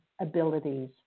abilities